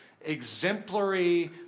exemplary